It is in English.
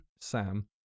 Sam